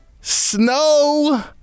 Snow